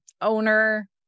owner